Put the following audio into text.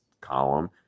column